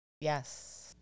Yes